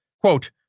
quote